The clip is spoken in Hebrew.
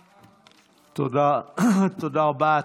תודה, תודה רבה.